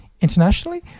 internationally